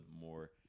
more